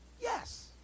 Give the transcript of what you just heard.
Yes